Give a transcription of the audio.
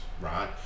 right